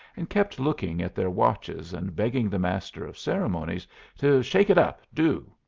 and kept looking at their watches and begging the master of ceremonies to shake it up, do.